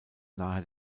nahe